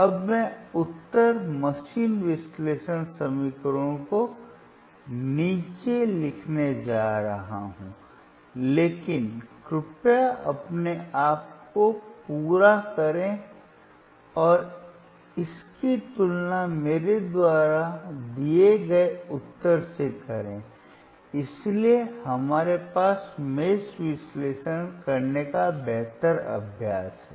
अब मैं उत्तर मशीन विश्लेषण समीकरणों को नीचे रखने जा रहा हूं लेकिन कृपया अपने आप को पूरा करें और इसकी तुलना मेरे द्वारा दिए गए उत्तर से करें इसलिए हमारे पास मेष विश्लेषण करने का बेहतर अभ्यास है